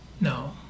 No